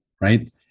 Right